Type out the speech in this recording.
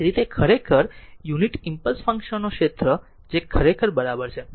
તેથી ખરેખર unit impulse function નો ક્ષેત્ર જે ખરેખર બરાબર છે